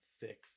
thick